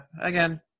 again